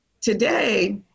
today